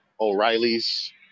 O'Reilly's